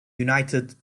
united